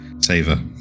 Saver